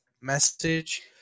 message